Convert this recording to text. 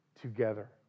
together